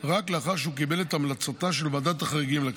רק לאחר שהוא קיבל את המלצתה של ועדת החריגים לכך.